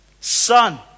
Son